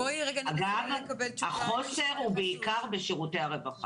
אגב, החוסר הוא בעיקר בשירותי הרווחה.